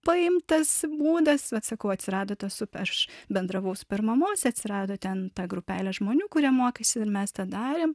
paimtas būdas vat sakau atsirado tos su aš bendravau supermamosde atsirado ten ta grupelė žmonių kurie mokėsi ir mes tą darėm